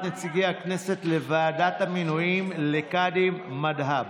נציגי הכנסת לוועדת המינויים לקאדים מד'הב: